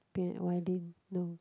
pia~ violin no